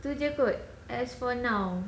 tu jer kot as for now